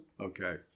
okay